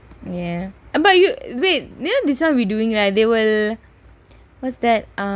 ya but you wait you know this [one] we doing right they will what's that uh